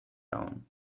down